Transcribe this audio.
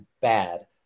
bad